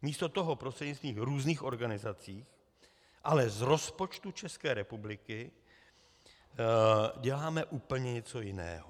Místo toho prostřednictvím různých organizací, ale z rozpočtu České republiky děláme úplně něco jiného.